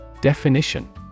Definition